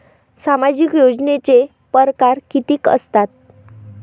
सामाजिक योजनेचे परकार कितीक असतात?